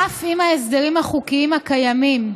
אף אם ההסדרים החוקיים הקיימים,